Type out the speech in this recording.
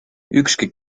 ükski